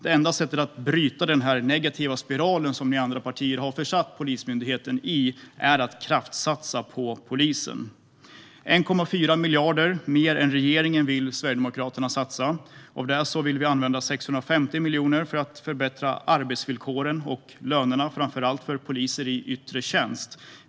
Enda sättet att bryta den negativa spiral som ni andra partier har försatt Polismyndigheten i är att kraftsatsa på polisen. Sverigedemokraterna vill satsa 1,4 miljarder mer än regeringen. Av det vill vi använda 650 miljoner till att förbättra arbetsvillkoren och lönerna, framför allt för poliser i yttre tjänst.